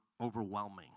overwhelming